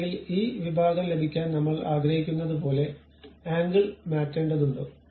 അല്ലെങ്കിൽ ഈ വിഭാഗം ലഭിക്കാൻ നമ്മൾ ആഗ്രഹിക്കുന്നതുപോലെ ആംഗിൾ മാറ്റേണ്ടതുണ്ടോ